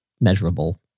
measurable